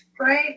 Right